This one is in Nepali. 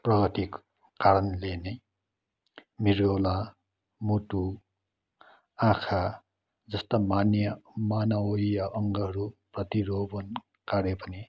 प्रगतिको कारणले नै मृगौला मुटु आँखा जस्ता मानीय मानवीय अङ्गहरू प्रतिरोपण कार्य पनि